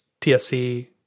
tsc